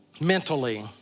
mentally